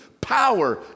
power